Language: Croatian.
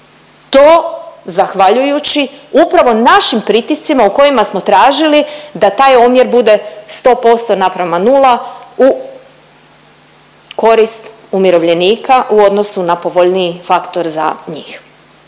To zahvaljujući upravo našim pritiscima u kojima smo tražili da taj omjer bude 100% naprema nula u korist umirovljenika u odnosu na povoljniji faktor za njih.